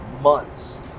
months